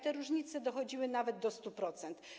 Te różnice dochodziły nawet do 100%.